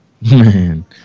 man